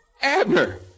Abner